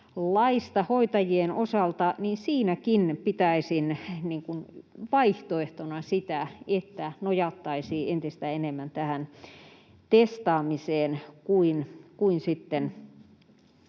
hoitajien osalta, niin siinäkin pitäisin vaihtoehtona sitä, että nojattaisiin entistä enemmän tähän testaamiseen kuin muihin